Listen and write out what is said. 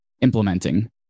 implementing